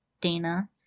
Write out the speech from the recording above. Dana